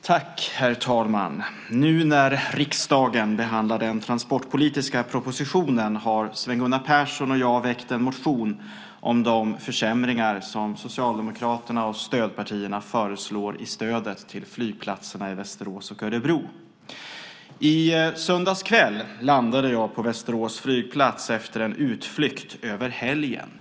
Herr talman! Riksdagen behandlar nu den transportpolitiska propositionen, och Sven Gunnar Persson och jag har väckt en motion om de försämringar som Socialdemokraterna och stödpartierna föreslår i stödet till flygplatserna i Västerås och Örebro. I söndags kväll landade jag på Västerås flygplats efter en utflykt över helgen.